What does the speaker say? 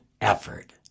effort